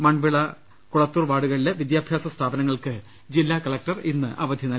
മൺവിള കുളത്തൂർ വാർഡുകളിലെ വിദ്യാഭ്യാസ സ്ഥാപനങ്ങൾക്ക് ജില്ലാ കലക്ടർ ഇന്ന് അവധി നൽകി